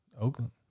Oakland